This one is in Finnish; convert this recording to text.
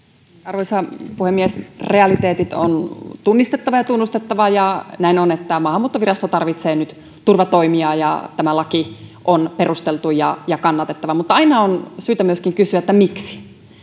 arvoisa puhemies realiteetit on tunnistettava ja tunnustettava ja näin on että maahanmuuttovirasto tarvitsee nyt turvatoimia ja tämä laki on perusteltu ja ja kannatettava mutta aina on syytä myöskin kysyä miksi